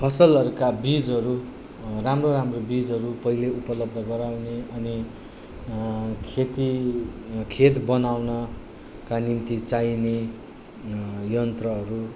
फसलहरूका बीजहरू राम्रो राम्रो बीजहरू पहिले उपलब्ध गराउने अनि खेती खेत बनाउनका निम्ति चाहिने यन्त्रहरू